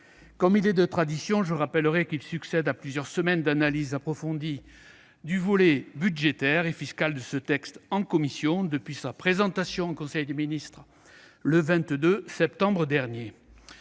Comme il est de tradition, je rappellerai qu'il succède à plusieurs semaines d'analyse approfondie du volet budgétaire et fiscal de ce texte en commission, depuis sa présentation en Conseil des ministres le 22 septembre dernier.